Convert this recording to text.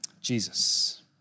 Jesus